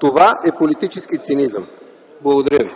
Това е политически цинизъм! Благодаря.